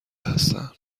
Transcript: هستن